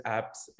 apps